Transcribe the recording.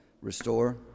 restore